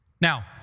Now